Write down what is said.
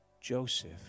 Joseph